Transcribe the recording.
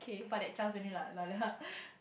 but that chores only lah lol [hur]